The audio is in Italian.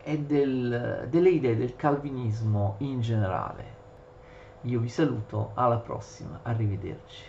e del- delle idee del calvinismo in generale. Io vi saluto, alla prossima, arrivederci.